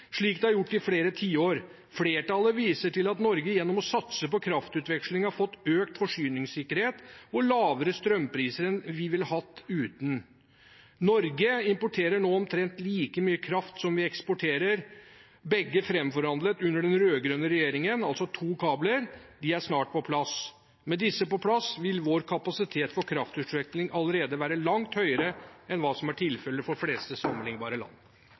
slik det har gjort i flere tiår. Flertallet viser til at Norge gjennom å satse på kraftutveksling har fått økt forsyningssikkerhet og lavere strømpriser enn vi ville hatt uten. Norge importerer nå omtrent like mye kraft som vi eksporterer, begge framforhandlet under den rød-grønne regjeringen, altså to kabler. De er snart på plass. Med disse på plass vil vår kapasitet for kraftutveksling allerede være langt høyere enn hva som er tilfellet for de fleste sammenlignbare land.